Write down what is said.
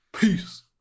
Peace